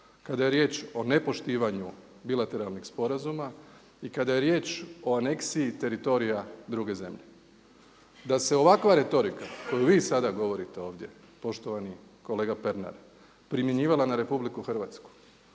kada je riječ o nepoštivanju bilateralnih sporazuma i kada je riječ o aneksiji teritorija druge zemlje. Da se ovakva retorika koju vi sada govorite ovdje, poštovani kolega Pernar, primjenjivala na RH onda